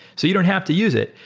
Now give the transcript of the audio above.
so you don't have to use it.